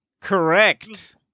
Correct